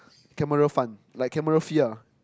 camera fund like camera fee ah